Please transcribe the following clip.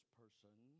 person